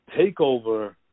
TakeOver